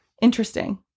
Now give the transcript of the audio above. Interesting